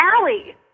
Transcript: Allie